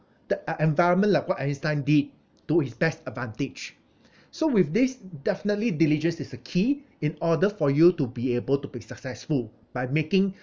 the e~ environment like what einstein did to his best advantage so with this definitely diligence is a key in order for you to be able to be successful by making